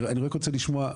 אני רק רוצה לשמוע בשאלה,